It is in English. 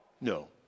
No